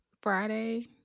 Friday